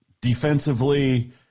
defensively